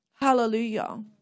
Hallelujah